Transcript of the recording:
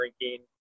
drinking